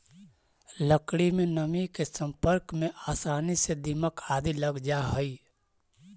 लकड़ी में नमी के सम्पर्क में आसानी से दीमक आदि लग जा हइ